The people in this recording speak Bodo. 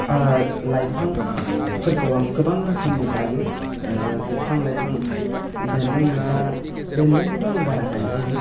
लाइफांफोरखौ आं गोबां रोखोमनि गायो बिफां लाइफां बेनदों बेनला बेनदोंखौथ' आं बारा गायबाङा